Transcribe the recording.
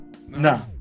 No